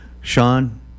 Sean